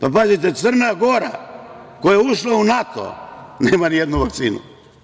Pazite, Crna Gora koja je ušla u NATO nema ni jednu vakcinu.